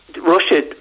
russia